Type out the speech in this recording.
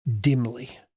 dimly